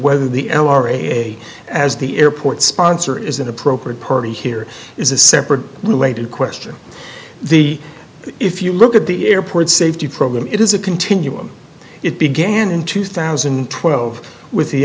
whether the l r a as the airport sponsor is an appropriate party here is a separate related question the if you look at the airport safety program it is a continuum it began in two thousand and twelve with the